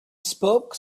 spoke